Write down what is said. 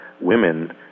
women